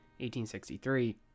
1863